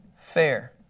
fair